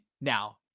now